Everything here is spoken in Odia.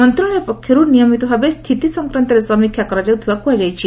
ମନ୍ତ୍ରଣାଳୟ ପକ୍ଷରୁ ନିୟମିତ ଭାବେ ସ୍ଥିତି ସଂକ୍ରାନ୍ତରେ ସମୀକ୍ଷା କରାଯାଉଥିବା କୁହାଯାଇଛି